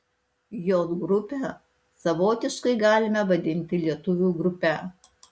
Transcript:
j grupę savotiškai galime vadinti lietuvių grupe